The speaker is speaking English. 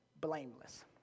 blameless